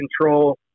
control